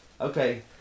okay